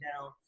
down